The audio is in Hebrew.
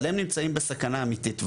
אבל הם נמצאים בסכנה אמיתית.